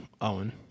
Owen